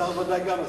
השר ודאי גם מסכים.